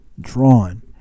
Drawn